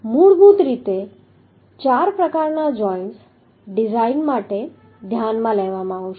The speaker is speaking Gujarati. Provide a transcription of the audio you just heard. તેથી મૂળભૂત રીતે ચાર પ્રકારના જોઈન્ટસ ડિઝાઇન માટે ધ્યાનમાં લેવામાં આવશે